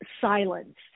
silence